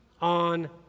on